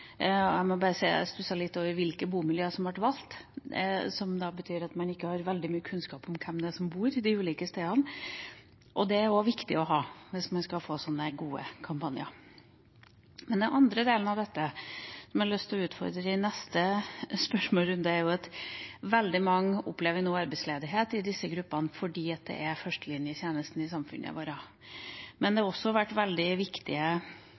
bomiljø. Jeg må bare si at jeg stusset litt over hvilke bomiljøer som ble valgt, for man har ikke veldig mye kunnskap om hvem som bor hvor på de ulike stedene. Det er det også viktig å ha, hvis man skal få til gode kampanjer. Den andre delen av dette, som jeg har lyst til å utfordre på i neste spørsmålsrunde, er at veldig mange i disse gruppene opplever arbeidsledighet, fordi det er førstelinjetjenesten i samfunnet vårt. Det har også vært veldig viktige